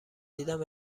دیدم